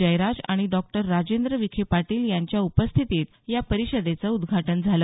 जयराज आणि डॉक्टर राजेंद्र विखे पाटील यांच्या उपस्थितीत या परिषदेचं उद्घाटन झालं